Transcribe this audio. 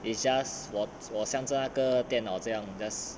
it's just 我我向着那个电脑这样 just